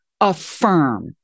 affirm